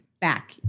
back